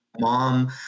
Mom